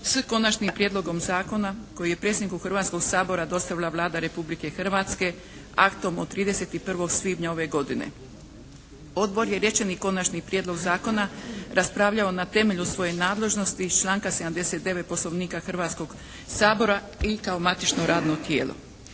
s Konačnim prijedlogom zakona koji je predsjedniku Hrvatskog sabora dostavila Vlada Republike Hrvatske aktom od 31. svibnja ove godine. Odbor je rečeni Konačni prijedlog zakona raspravljao na temelju svoje nadležnosti iz članka 79. Poslovnika Hrvatskog sabora i kao matično radno tijelo.